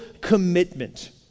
commitment